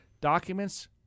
documents